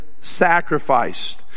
sacrificed